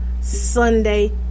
Sunday